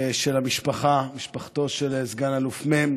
של המשפחה, משפחתו של סגן אלוף מ',